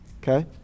Okay